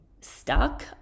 stuck